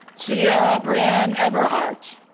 sierra brianne everhart